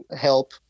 help